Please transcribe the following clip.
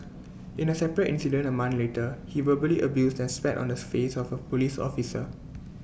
in A separate incident A month later he verbally abused and spat on the face of A Police officer